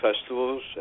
festivals